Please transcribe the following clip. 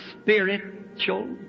spiritual